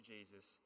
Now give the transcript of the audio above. Jesus